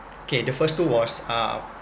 okay the first two was uh